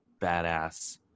badass